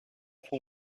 for